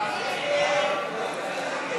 ההצעה להסיר מסדר-היום